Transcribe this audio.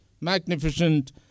magnificent